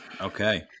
Okay